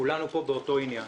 כולנו פה באותו עניין,